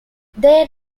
their